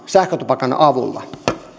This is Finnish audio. sähkötupakan avulla